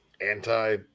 anti